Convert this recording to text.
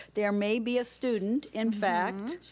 there may be a student, in fact,